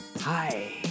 Hi